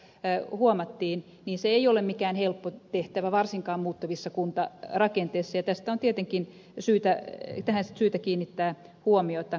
niin kuin rkpn ryhmäpuheenvuorosta huomattiin niin se ei ole mikään helppo tehtävä varsinkaan muuttuvissa kuntarakenteissa ja tähän on tietenkin syytä kiinnittää huomiota